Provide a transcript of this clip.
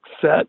set